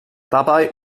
dabei